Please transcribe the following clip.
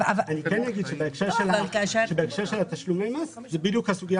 אני כן אומר שבהקשר של תשלומי המס זאת בדיוק הסוגיה